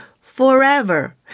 forever